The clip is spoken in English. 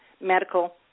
medical